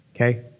Okay